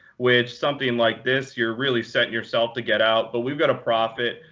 which something like this, you're really set yourself to get out. but we've got a profit.